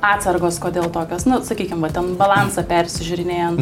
atsargos kodėl tokios nu sakykim va ten balansą persižiūrinėjant